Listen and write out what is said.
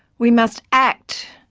we must act.